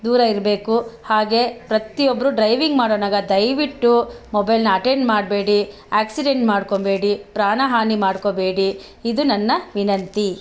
ದೂರ ಇರಬೇಕು ಹಾಗೇ ಪ್ರತಿಯೊಬ್ರು ಡ್ರೈವಿಂಗ್ ಮಾಡೋವಾಗ ದಯವಿಟ್ಟು ಮೊಬೈಲ್ನ ಅಟೆಂಡ್ ಮಾಡಬೇಡಿ ಆಕ್ಸಿಡೆಂಟ್ ಮಾಡ್ಕೊಳ್ಬೇಡಿ ಪ್ರಾಣ ಹಾನಿ ಮಾಡ್ಕೊಳ್ಬೇಡಿ ಇದು ನನ್ನ ವಿನಂತಿ